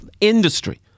industry